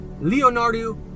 leonardo